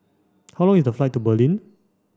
how long is the flight to Berlin